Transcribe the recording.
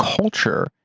culture